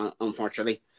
unfortunately